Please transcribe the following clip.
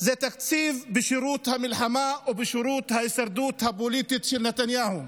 זה תקציב בשירות המלחמה או בשירות ההישרדות הפוליטית של נתניהו.